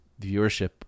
viewership